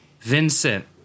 Vincent